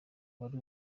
wari